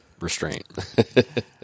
Restraint